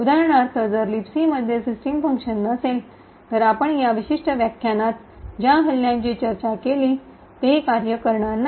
उदाहरणार्थ जर लिबसी मध्ये सिस्टम फंक्शन नसेल तर आपण या विशिष्ट व्याख्यानात ज्या हल्ल्याची चर्चा केली ती कार्य करणार नाही